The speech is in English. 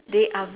they are